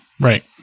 Right